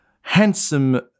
handsome